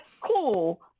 cool